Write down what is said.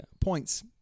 points